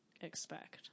expect